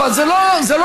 אבל זו לא שאלה,